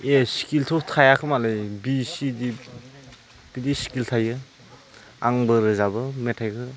ए स्केलथ' थाया खोमालै बि सि दि बिदि स्केल थायो आंबो रोजाबो मेथाइखौ